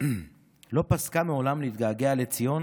לא פסקה מעולם להתגעגע לציון